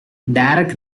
direct